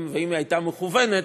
ואם היא הייתה מכוונת,